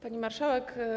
Pani Marszałek!